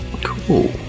Cool